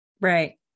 Right